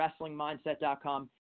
wrestlingmindset.com